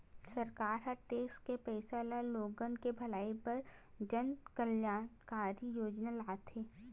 सरकार ह टेक्स के पइसा ल लोगन के भलई बर जनकल्यानकारी योजना लाथे